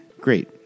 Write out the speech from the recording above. great